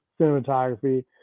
cinematography